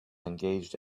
engaged